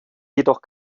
jedoch